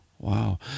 Wow